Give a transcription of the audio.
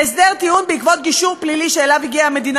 בהסדר טיעון בעקבות גישור פלילי שאליו הגיעה המדינה